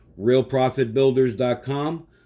RealProfitBuilders.com